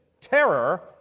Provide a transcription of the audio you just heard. terror